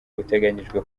uteganyijwe